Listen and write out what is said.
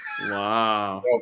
Wow